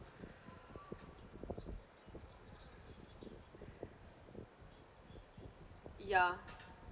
ya